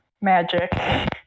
magic